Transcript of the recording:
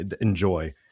enjoy